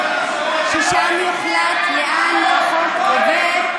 ששם יוחלט לאן החוק עובר.